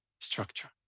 structure